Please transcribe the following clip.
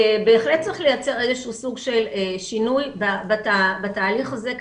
בהחלט צריך לייצר איזשהו סוג של שינוי בתהליך הזה.